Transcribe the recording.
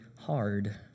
hard